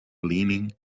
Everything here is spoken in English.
leaning